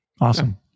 Awesome